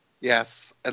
Yes